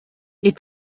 les